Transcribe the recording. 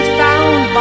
found